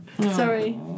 Sorry